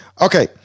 okay